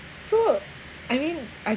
so I mean I